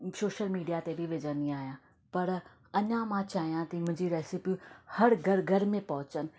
social media ते बि विझंदी आहियां पर अञा मां चाहियां थी मुंहिंजी रेसिपी हर घरु घरु में पहुंचनि